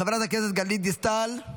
חברת הכנסת גלית דיסטל,